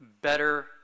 better